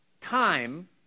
time